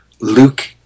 Luke